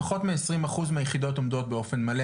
פחות מעשרים אחוז מהיחידות עומדות באופן מלא.